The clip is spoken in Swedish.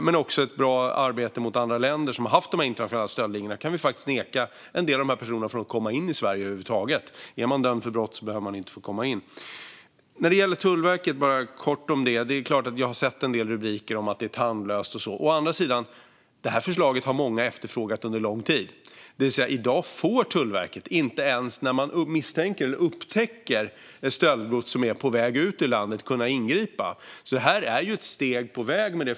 Genom ett bra arbete med andra länder som har haft de här internationella stöldligorna kan vi också faktiskt neka en del av de här personerna att komma in i Sverige över huvud taget. Är man dömd för brott behöver man inte få komma in. När det gäller Tullverket är det klart att jag har sett en del rubriker om att det här förslaget är tandlöst och så vidare. Å andra sidan är det något som många har efterfrågat under lång tid. I dag får Tullverket inte ens ingripa när man misstänker eller upptäcker att stöldgods är på väg ut ur landet. Det förslag som vi har remitterat är ett steg på väg.